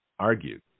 argued